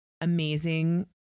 amazing